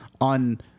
on